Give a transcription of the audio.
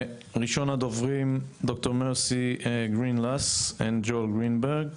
ראשון הדוברים ד"ר מרסי גרינגלס וג'ואל גרינברג